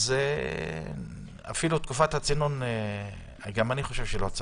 תקופת הצינון מיותרת.